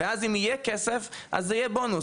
ואם יהיה כסף בהמשך אז הוא יהיה בונוס,